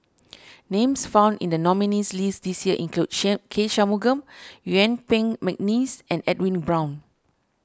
names found in the nominees' list this year include K Shanmugam Yuen Peng McNeice and Edwin Brown